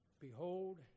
Behold